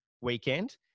Weekend